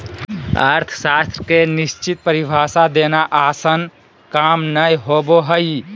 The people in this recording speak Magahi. अर्थशास्त्र के निश्चित परिभाषा देना आसन काम नय होबो हइ